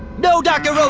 no dr. rosa!